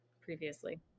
previously